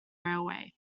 railway